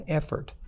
effort